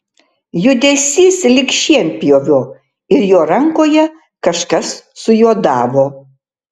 judesys lyg šienpjovio ir jo rankoje kažkas sujuodavo